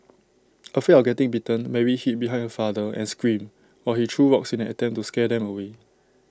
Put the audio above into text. afraid of getting bitten Mary hid behind her father and screamed while he threw rocks in an attempt to scare them away